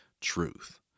truth